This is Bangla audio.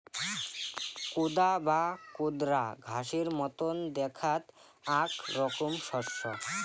কোদা বা কোদরা ঘাসের মতন দ্যাখাত আক রকম শস্য